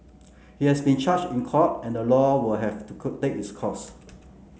he has been charged in court and the law will have to its course